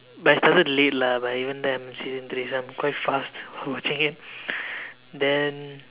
but I started late lah but even then I'm in season three so I'm quite fast watching it then